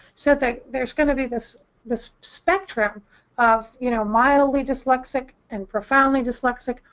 so there's going to be this this spectrum of, you know, mildly dyslexic and profoundly dyslexic.